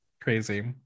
Crazy